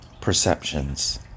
perceptions